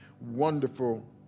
wonderful